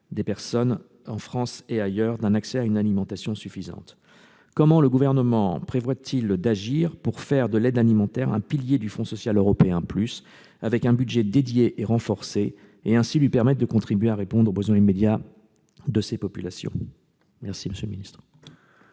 de personnes, en France et ailleurs, d'un accès à une alimentation suffisante. Comment le Gouvernement prévoit-il d'agir pour faire de l'aide alimentaire un pilier du FSE+, avec un budget dédié et renforcé, et ainsi lui permettre de continuer à répondre aux besoins immédiats de ces populations ? La parole est